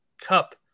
Cup